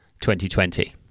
2020